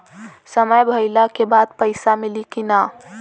समय भइला के बाद पैसा मिली कि ना?